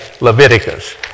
Leviticus